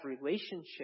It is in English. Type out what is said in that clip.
relationship